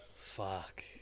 Fuck